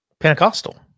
Pentecostal